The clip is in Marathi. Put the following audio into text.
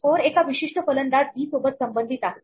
स्कोर एका विशिष्ट फलंदाज बी सोबत संबंधित आहे